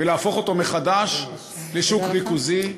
ולהפוך אותו מחדש לשוק ריכוזי,